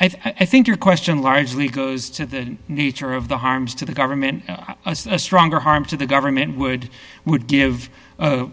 i think your question largely goes to the nature of the harms to the government as a stronger harm to the government would would give a